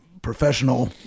Professional